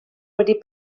wedi